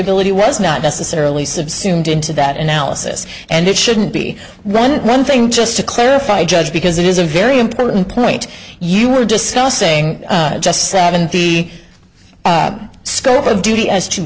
foreseeability was not necessarily subsumed into that analysis and it shouldn't be then one thing just to clarify judge because it is a very important point you were discussing just seven the scope of duty as to